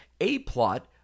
A-plot